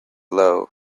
low